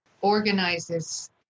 organizes